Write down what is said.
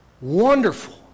wonderful